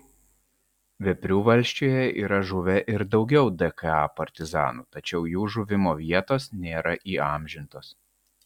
veprių valsčiuje yra žuvę ir daugiau dka partizanų tačiau jų žuvimo vietos nėra įamžintos